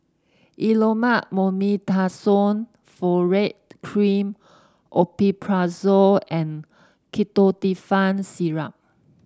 Elomet Mometasone Furoate Cream Omeprazole and Ketotifen Syrup